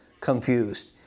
confused